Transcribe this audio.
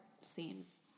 seems